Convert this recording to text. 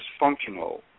dysfunctional